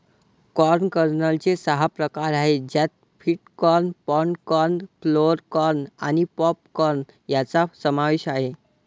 corn कर्नलचे सहा प्रकार आहेत ज्यात flint corn, pod corn, flour corn आणि पॉप कॉर्न यांचा समावेश आहे